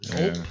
Nope